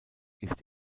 ist